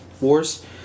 Wars